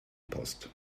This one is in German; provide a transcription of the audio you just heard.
post